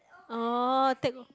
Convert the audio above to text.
orh take